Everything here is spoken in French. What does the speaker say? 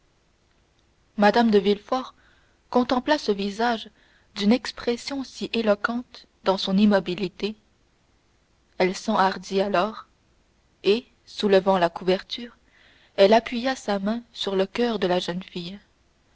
mme de villefort contempla ce visage d'une expression si éloquente dans son immobilité elle s'enhardit alors et soulevant la couverture elle appuya sa main sur le coeur de la jeune fille